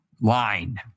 line